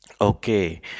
okay